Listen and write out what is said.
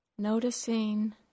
Noticing